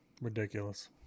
ridiculous